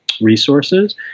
resources